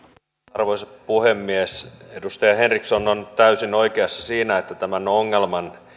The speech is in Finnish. arvoisa puhemies edustaja henriksson on täysin oikeassa siinä että tämän ongelman